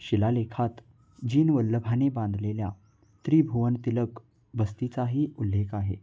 शिलालेखात जिन वल्लभाने बांधलेल्या त्रिभुवनतिलक बसतीचाही उल्लेख आहे